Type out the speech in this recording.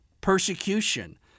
persecution